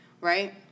right